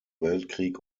weltkrieg